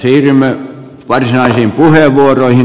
siirrymme varsinaisiin puheenvuoroihin